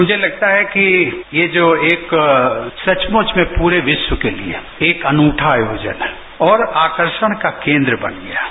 मुझे लगता है कि ये जो एक जो सचमुच में पूरे विश्व के लिए एक अनुठा आयोजन है और आकर्षण का केन्द्र बन गया है